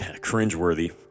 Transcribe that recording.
Cringe-worthy